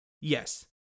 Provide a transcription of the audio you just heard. Yes